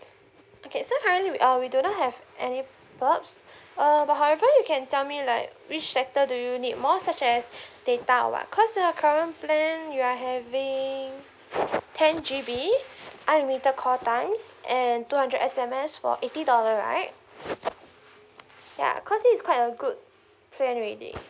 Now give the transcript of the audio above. okay so currently we uh we do not have any perks uh but however you can tell me like which sector do you need more such as data or what cause your current plan you are having ten G_B unlimited call time and two hundred S_M_S for eighty dollar right yeah cause this quite a good plan already